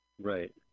Right